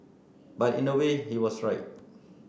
but in a way he was right